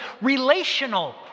relational